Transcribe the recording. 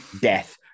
Death